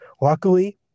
luckily